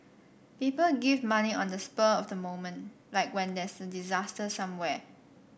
people give money on the spur of the moment like when there's a disaster somewhere